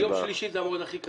ביום שלישי זה המועד הכי קרוב.